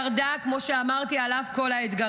ששרדה, כמו שאמרתי, על אף כל האתגרים.